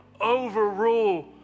overrule